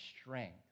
strength